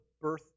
birth